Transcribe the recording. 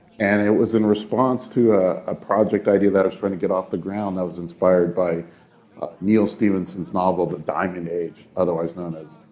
and it was in response to a project idea that i was trying to get off the ground. i was inspired by neal stephenson's novel the diamond age, otherwise known as,